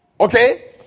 Okay